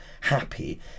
happy